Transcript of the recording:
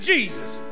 Jesus